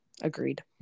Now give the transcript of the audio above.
Agreed